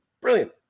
brilliant